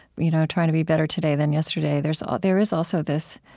you know trying to be better today than yesterday there so there is also this